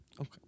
Okay